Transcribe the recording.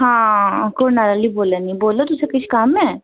हां अं'ऊ कूह् नाला आह्ली बोलै नी हां दस्सो तुसें किश कम्म ऐ